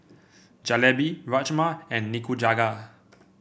Jalebi Rajma and Nikujaga